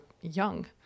young